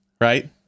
right